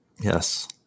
Yes